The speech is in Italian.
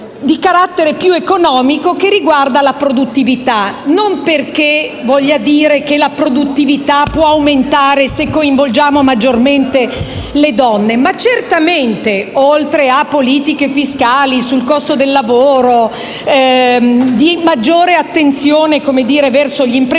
di carattere più economico, che riguarda la produttività. Non perché voglia dire che la produttività può aumentare se coinvolgiamo maggiormente le donne oltre che attuando politiche fiscali sul costo del lavoro di maggiore attenzione verso gli imprenditori